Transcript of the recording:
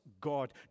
God